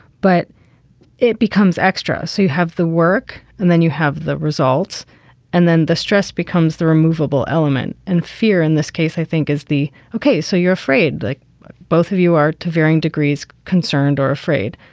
but it becomes extra. so you have the work and then you have the results and then the stress becomes the removeable element. and fear in this case, i think is the. ok. so you're afraid like both of you are to varying degrees, concerned or afraid.